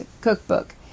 cookbook